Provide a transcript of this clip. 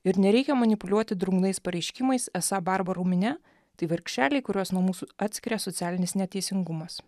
ir nereikia manipuliuoti drungnais pareiškimais esą barbarų minia tai vargšeliai kuriuos nuo mūsų atskiria socialinis neteisingumas